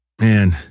Man